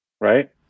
Right